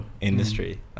industry